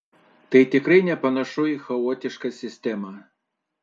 tai tikrai nepanašu į chaotišką sistemą